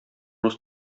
рус